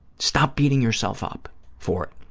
stop beating yourself up for it.